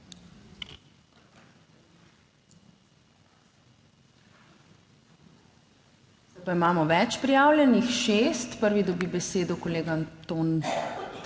Zdaj pa imamo več prijavljenih, šest. Prvi dobi besedo kolega Anton